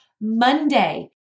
Monday